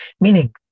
meaning